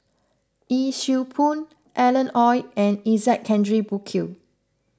Yee Siew Pun Alan Oei and Isaac Henry Burkill